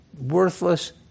worthless